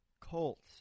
Colts